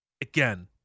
again